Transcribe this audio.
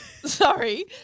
Sorry